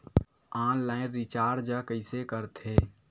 Online recharge कइसे करथे?